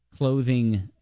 Clothing